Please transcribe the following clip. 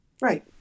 right